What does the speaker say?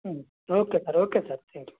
okay sir okay sir thank you